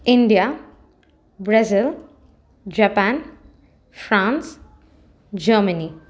India Brazil Japan France Germany